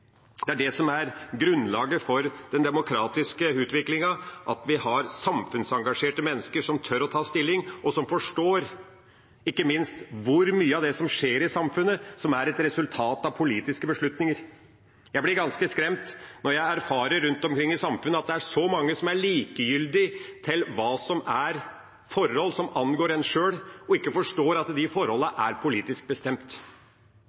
Det som er grunnlaget for den demokratiske utviklingen, er at vi har samfunnsengasjerte mennesker som tør å ta stilling, og som ikke minst forstår hvor mye av det som skjer i samfunnet, som er et resultat av politiske beslutninger. Jeg blir ganske skremt når jeg erfarer rundt omkring i samfunnet at det er så mange som er likegyldig til forhold som angår en sjøl, og ikke forstår at de forholdene er politisk bestemt.